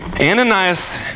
Ananias